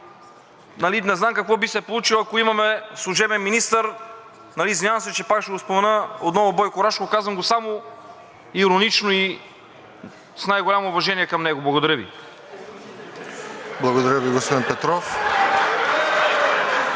знам какво би се получило, ако имаме служебен министър – извинявам се, че пак ще го спомена, отново Бойко Рашков! Казвам го само иронично и с най-голямо уважение към него. Благодаря Ви. (Оживление, смях в